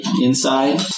inside